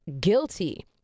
guilty